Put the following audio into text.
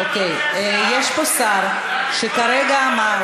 יש פה שר שכרגע אמר,